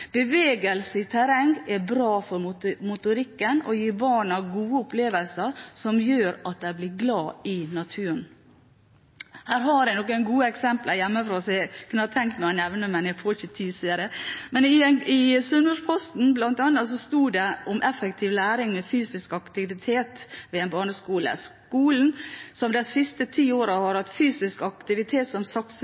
Bevegelse i terreng er bra for motorikken og gir barna gode opplevelser som gjør at de blir glade i naturen. Her har jeg noen gode eksempler hjemmefra som jeg kunne tenkt meg å nevne, men jeg får ikke tid, ser jeg. I Sunnmørsposten, bl.a., sto det om effektiv læring med fysisk aktivitet ved en barneskole. Skolen, som de siste ti årene har hatt fysisk aktivitet som